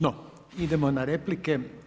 No, idemo na replike.